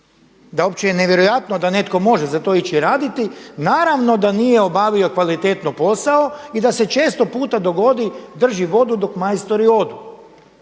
da je uopće nevjerojatno da netko može za to ići raditi, naravno da nije obavio kvalitetno posao i da se četo puta dogodi drži vodu dok majstori odu.